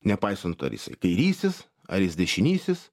nepaisant ar jisai kairysis ar jis dešinysis